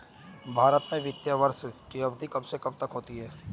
भारत में वित्तीय वर्ष की अवधि कब से कब तक होती है?